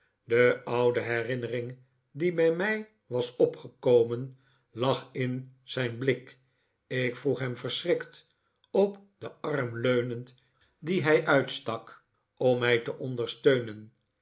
de oude herinnering die bij mij was opgekomen lag in zijn blik ik vroeg hem verschrikt op den arm leunend dien hij uitstak om mij te ondersteunen